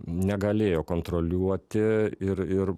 negalėjo kontroliuoti ir ir